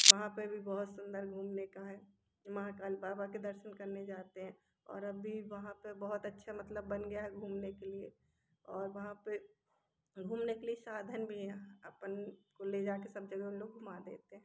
वहाँ पे भी बहुत सुंदर घूमने का है महाकाल बाबा के दर्शन करने जाते हैं और अब भी वहाँ पे बहुत अच्छा मतलब बन गया है घूमने के लिए और वहाँ पे घूमने के लिए साधन भी है यहाँ अपन को ले जाके सब जगह हम लोग घुमा देते हैं